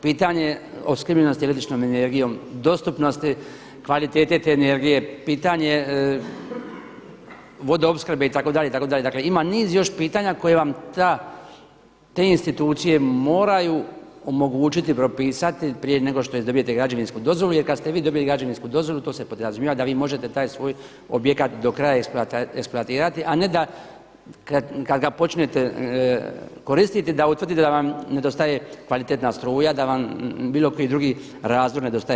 Pitanje opskrbljenosti električnom energijom, dostupnosti kvalitete te energije, pitanje vodoopskrbe itd., itd. dakle ima niz još pitanja koje vam te institucije moraju omogućiti propisati prije nego što dobijete građevinsku dozvolu jer kada ste vi dobili građevinsku dozvolu to se podrazumijeva da vi možete taj svoj objekat do kraja eksploatirati, a ne da kada ga počnete koristiti da utvrdite da vam nedostaje kvalitetna struja, da vam bilo koji drugi razlog nedostaje.